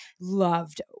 loved